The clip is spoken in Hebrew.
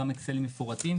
גם אצל מפורטים,